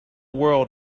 world